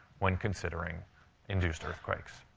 when considering induced earthquakes.